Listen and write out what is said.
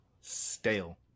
stale